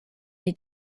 die